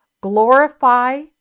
glorify